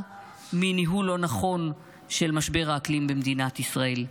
מניהול לא נכון של משבר האקלים במדינת ישראל.